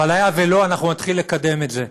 אבל היה ולא, אנחנו נתחיל לקדם את זה.